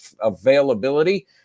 availability